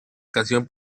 canción